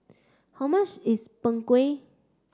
how much is Png Kueh